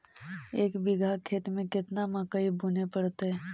एक बिघा खेत में केतना मकई बुने पड़तै?